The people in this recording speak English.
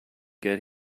get